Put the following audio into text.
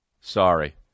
sorry